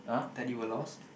that you were lost